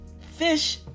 Fish